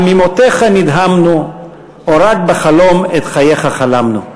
הממותך נדהמנו / או רק בחלום את חייך חלמנו,